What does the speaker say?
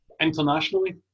internationally